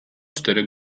cztery